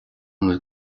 bhfuil